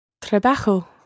Trabajo